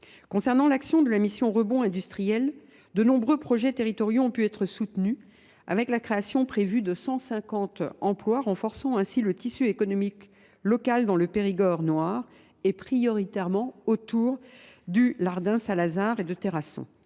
dans le cadre de la mission Rebond industriel, de nombreux projets territoriaux ont pu être soutenus, avec la création prévue de 150 emplois, renforçant le tissu économique local dans le Périgord noir et prioritairement autour du Lardin Saint Lazare et de Terrasson.